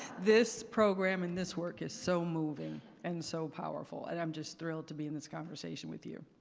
this program and this work is so moving and so powerful. and i'm just thrilled to be in this conversation with you.